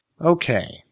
Okay